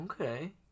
Okay